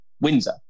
Windsor